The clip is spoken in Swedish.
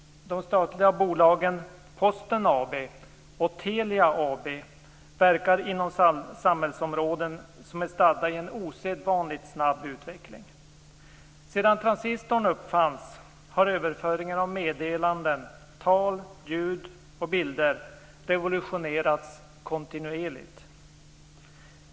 De statliga bolagen Posten AB och Telia AB verkar inom samhällsområden som är stadda i en osedvanligt snabb utveckling. Sedan transistorn uppfanns har överföringen av meddelanden, tal, ljud och bilder revolutionerats kontinuerligt.